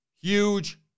huge